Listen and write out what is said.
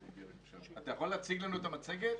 אתה יכול להציג לנו את המצגת?